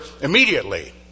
immediately